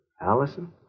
Allison